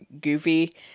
goofy